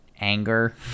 anger